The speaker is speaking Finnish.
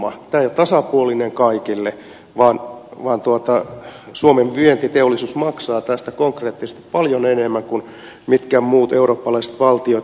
tämä ei ole tasapuolinen kaikille vaan suomen vientiteollisuus maksaa tästä konkreettisesti paljon enemmän kuin mitkään muut eurooppalaiset valtiot